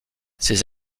ses